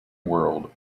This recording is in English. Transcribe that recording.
world